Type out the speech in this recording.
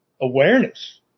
awareness